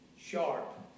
sharp